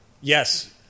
Yes